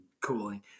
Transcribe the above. cooling